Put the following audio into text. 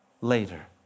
later